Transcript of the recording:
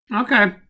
Okay